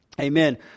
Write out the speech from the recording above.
Amen